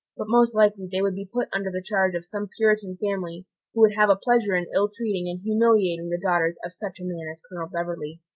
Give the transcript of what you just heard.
but most likely they would be put under the charge of some puritan family who would have a pleasure in ill-treating and humiliating the daughters of such a man as colonel beverley.